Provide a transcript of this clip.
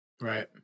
Right